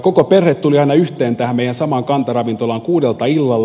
koko perhe tuli aina tähän meidän samaan kantaravintolaamme kuudelta illalla